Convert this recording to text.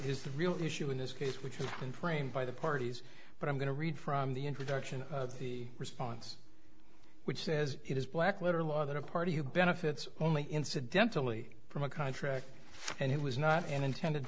is the real issue in this case which has been framed by the parties but i'm going to read from the introduction of the response which says it is black letter law that a party who benefits only incidentally from a contract and it was not an intended